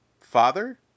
Father